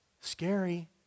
Scary